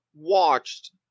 watched